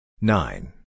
Nine